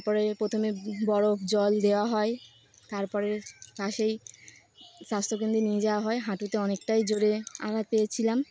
তারপরে প্রথমে বরফ জল দেওয়া হয় তারপরের পাশেই স্বাস্থ্যকেন্দ্রে নিয়ে যাওয়া হয় হাঁটুতে অনেকটাই জোরে আনন্দ পেয়েছিলাম